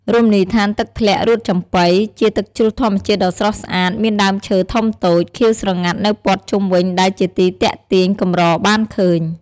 រមនីយដ្ឋានទឹកធ្លាក់រួតចំបុី ជាទឹកជ្រោះធម្មជាតិដ៏ស្រស់ស្អាត មានដើមឈើធំតូច ខៀវស្រងាត់នៅព័ទ្ធជុំវិញដែលជាទីទាក់ទាញកម្របានឃើញ។